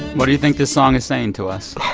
what do you think the song is saying to us?